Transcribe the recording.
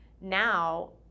now